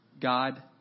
God